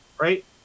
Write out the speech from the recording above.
Right